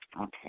Okay